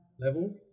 level